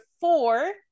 four